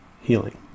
healing